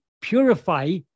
purify